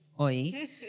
Oi